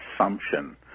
assumption